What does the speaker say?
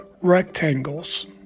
rectangles